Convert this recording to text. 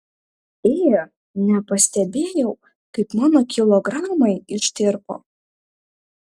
ė nepastebėjau kaip mano kilogramai ištirpo